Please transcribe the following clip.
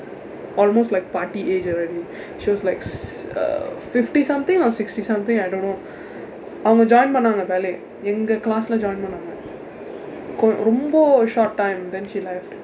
almost like பாட்டி:paatti age already she was like err fifty something or sixty something I don't know அவங்க:avnga join பண்ணாங்க:pannaanga ballet எங்க:enga class இல்ல:illa join பண்ணாங்க:pannaanga co~ ரொம்ப:romba short time then she left